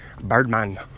Birdman